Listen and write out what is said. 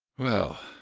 well,